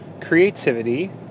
creativity